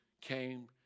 came